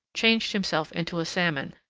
changed himself into a salmon,